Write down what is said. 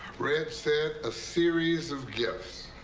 red said, a series of gifts.